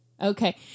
Okay